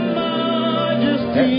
majesty